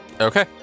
Okay